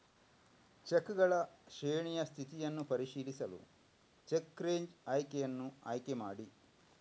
ಚೆಕ್ಗಳ ಶ್ರೇಣಿಯ ಸ್ಥಿತಿಯನ್ನು ಪರಿಶೀಲಿಸಲು ಚೆಕ್ ರೇಂಜ್ ಆಯ್ಕೆಯನ್ನು ಆಯ್ಕೆ ಮಾಡಿ